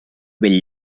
bell